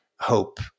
hope